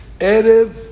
Erev